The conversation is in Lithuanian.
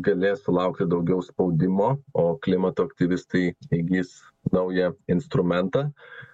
galės sulaukti daugiau spaudimo o klimato aktyvistai įgis naują instrumentą